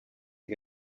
que